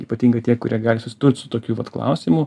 ypatingai tie kurie gali susidurt su tokiu vat klausimu